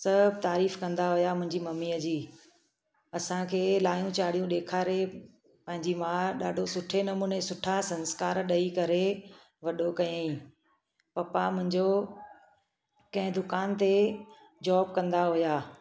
सभु तारीफ़ु कंदा हुआ मुंहिंजी मम्मीअ जी असांखे लाइयूं चाढ़ियूं ॾेखारे पंहिंजी माउ ॾाढो सुठे नमूने सुठा संस्कार ॾेई करे वॾो कयईं पप्पा मुंहिंजो कंहिं दुकान ते जॉब कंदा हुआ